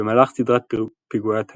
במהלך סדרת פיגועי הטרור,